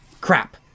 Crap